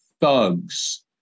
thugs